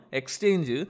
exchange